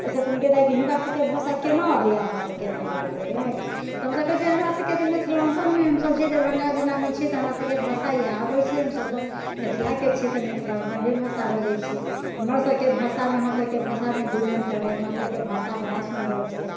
कहै छथिन गै दाइ गै हिनका सबके भाषा केना अबैये अहाँ सबके एनाके बाजैये तऽ हमसब कहै छियै हमरा सबके तऽ मिथिलाञ्चलमे हमसब छियै दरभंगा जिलामे छियै तऽ हमरा सबके भाषा इएह आबै छै हमसब तऽ मिथिलाके छी तऽ मिथिलाञ्चले भाषा बजै छियै हमर सबके भाषामे अहाँ सबके भाषामे दू अन्तर अइ हमरा सबके भाषा बड़ा सुन्दर छै